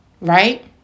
right